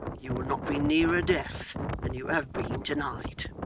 you will not be nearer death than you have been to-night